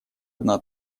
одна